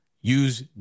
Use